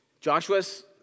Joshua's